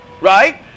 Right